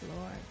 Lord